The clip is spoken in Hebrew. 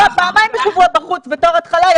פעמיים בשבוע בחוץ בתור התחלה,